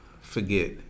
forget